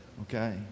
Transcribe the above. okay